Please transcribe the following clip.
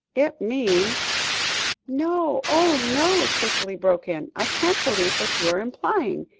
it means no, oh, no! cicely broke in. i can't believe what you are implying.